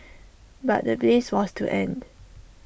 but the bliss was to end